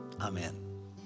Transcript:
amen